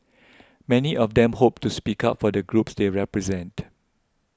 many of them hope to speak up for the groups they represent